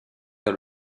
vers